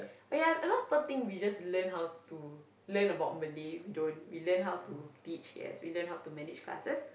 oh ya a lot of people think we just learn how to learn about Malay we don't we learn how to teach yes we learn how to manage classes